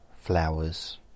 flowers